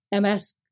MS